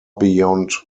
beyond